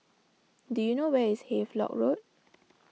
do you know where is Havelock Road